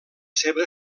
seva